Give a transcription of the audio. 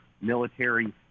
military